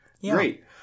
Great